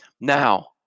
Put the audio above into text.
Now